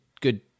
good